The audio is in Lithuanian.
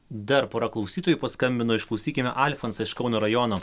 dar pora klausytojų paskambino išklausykime alfonsą iš kauno rajono